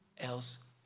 Else